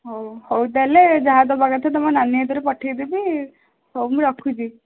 ହଉ ହଉ ତାହେଲେ ଆଉ ଯାହା ଦେବା କଥା ତୁମ ନାନୀ ହାତରେ ପଠେଇଦେବି ହଉ ମୁଁ ରଖୁଛି